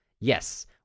Yes